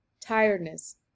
tiredness